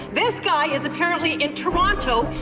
this guy is apparently in toronto.